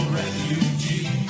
refugee